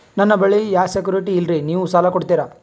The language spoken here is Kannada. ನನ್ನ ಬಳಿ ಯಾ ಸೆಕ್ಯುರಿಟಿ ಇಲ್ರಿ ನೀವು ಸಾಲ ಕೊಡ್ತೀರಿ?